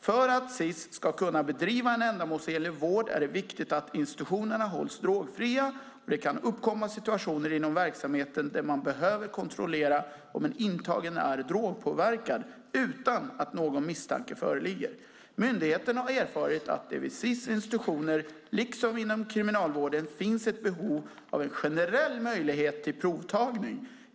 För att SiS ska kunna bedriva en ändamålsenlig vård är det viktigt att institutionerna hålls drogfria, och det kan uppkomma situationer inom verksamheten där man behöver kontrollera om en intagen är drogpåverkad utan att någon misstanke föreligger. Myndigheten har erfarit att det vid SiS institutioner, liksom inom Kriminalvården, finns ett behov av en generell möjlighet till provtagning.